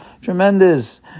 Tremendous